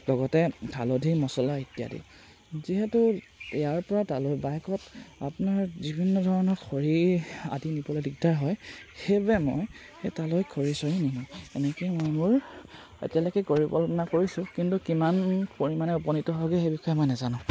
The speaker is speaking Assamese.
লগতে হালধি মছলা ইত্যাদি যিহেতু ইয়াৰ পৰা তালৈ বাইকত আপোনাৰ যিকোনো ধৰণৰ খৰি আদি নিবলৈ দিগদাৰ হয় সেইবাবে মই সেই তালৈ খৰি চৰি নিনিওঁ এনেকৈ মই মোৰ এতিয়ালৈকে পৰিকল্পনা কৰিছোঁ কিন্তু কিমান পৰিমাণে উপনীত হয়গৈ সেই বিষয়ে মই নাজানোঁ